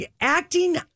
acting